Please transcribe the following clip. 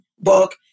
book